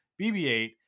BB-8